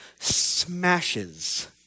smashes